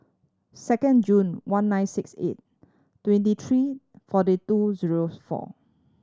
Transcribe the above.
second June one nine six eight twenty three forty two zero four